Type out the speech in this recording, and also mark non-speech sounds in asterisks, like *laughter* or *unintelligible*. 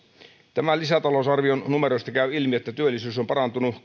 tämän lisätalousarvion numeroista käy ilmi että työllisyys on parantunut *unintelligible*